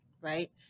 right